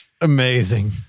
amazing